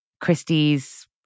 Christie's